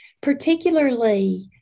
particularly